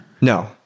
no